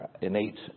innate